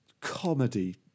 comedy